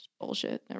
Bullshit